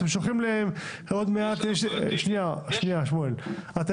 אתם מתכוונים להפעיל זיקוקי די-נור ואתם שולחים